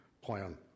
plan